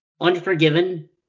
Unforgiven